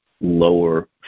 lower